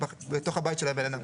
בתוך ביתו של האדם.